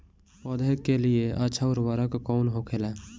पौधा के लिए अच्छा उर्वरक कउन होखेला?